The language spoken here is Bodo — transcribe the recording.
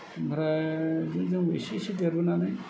ओमफ्राय बिदिनो जों इसे इसे देरबोनानै